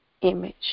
image